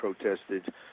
protested